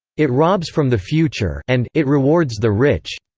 it robs from the future and it rewards the rich.